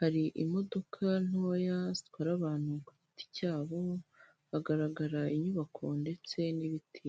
hari imodoka ntoya zitwara abantu ku giti cyabo, hagaragara inyubako ndetse n'ibiti.